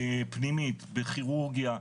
בפנימית, בכירורגיה,